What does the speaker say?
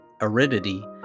aridity